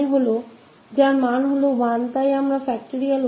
जो की 1 की वैल्यू है तो हमे मिलता ह 1